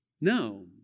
No